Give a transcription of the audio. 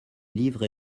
livre